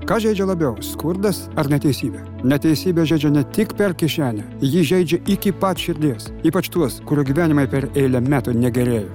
kas žeidžia labiau skurdas ar neteisybė neteisybė žeidžia ne tik per kišenę ji žeidžia iki pat širdies ypač tuos kurių gyvenimai per eilę metų negerėja